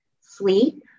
sleep